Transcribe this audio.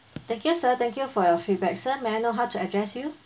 thank you sir thank you for your feedback sir may I know how to address you